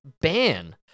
ban